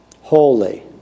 Holy